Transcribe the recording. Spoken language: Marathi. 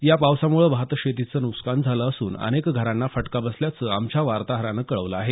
या पावसामुळे भातशेतीचं नुकसान झालं असून अनेक घरांना फटका बसल्याचं आमच्या वार्ताहरानं कळवलं आहे